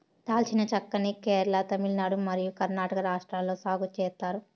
దాల్చిన చెక్క ని కేరళ, తమిళనాడు మరియు కర్ణాటక రాష్ట్రాలలో సాగు చేత్తారు